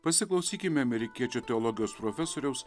pasiklausykime amerikiečių teologijos profesoriaus